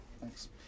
Thanks